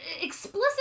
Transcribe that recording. explicit